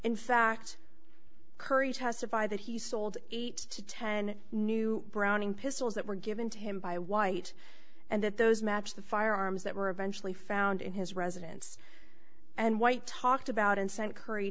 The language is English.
in fact curry testify that he sold eight to ten new browning pistols that were given to him by white and that those matched the firearms that were eventually found in his residence and white talked about and sent curry